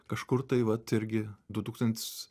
kažkur tai vat irgi du tūkstantis